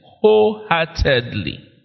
wholeheartedly